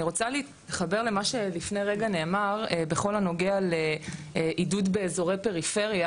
אני רוצה להתחבר למה שלפני רגע נאמר בכל הנוגע לעידוד באזורי פריפריה,